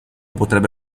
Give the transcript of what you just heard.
potrebbe